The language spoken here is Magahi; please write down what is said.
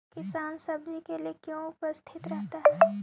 किसान सब्जी के लिए क्यों उपस्थित रहता है?